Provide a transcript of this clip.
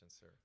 sir